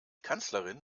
kanzlerin